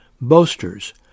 Boasters